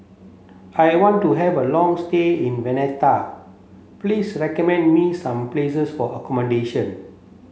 I want to have a long stay in Valletta please recommend me some places for accommodation